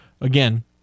again